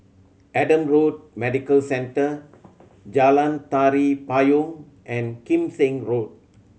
Adam Road Medical Centre Jalan Tari Payong and Kim Seng Road